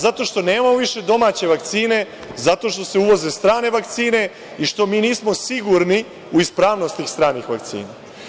Zato što nemamo više domaće vakcine, zato što se uvoze strane vakcine i što mi nismo sigurni u ispravnost tih stranih vakcina.